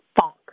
Funk